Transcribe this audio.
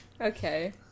Okay